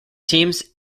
teams